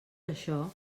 això